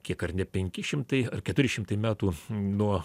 kiek ar ne penki šimtai ar keturi šimtai metų nuo